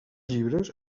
llibres